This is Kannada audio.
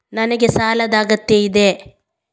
ನನಗೆ ಸಾಲದ ಅಗತ್ಯ ಇದೆ?